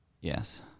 Yes